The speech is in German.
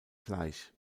gleich